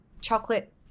chocolate